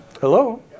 Hello